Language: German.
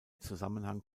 zusammenhang